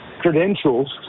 Credentials